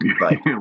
Right